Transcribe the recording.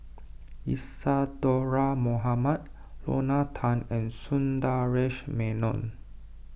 Isadhora Mohamed Lorna Tan and Sundaresh Menon